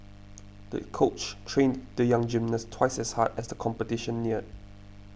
the coach trained the young gymnast twice as hard as the competition neared